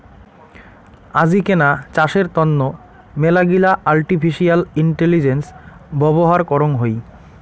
আজিকেনা চাষের তন্ন মেলাগিলা আর্টিফিশিয়াল ইন্টেলিজেন্স ব্যবহার করং হই